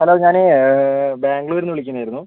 hello ഞാൻ ബാംഗ്ലൂരിൽ നിന്ന് വിളിക്കുന്നതായിരുന്നു